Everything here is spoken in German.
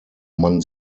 man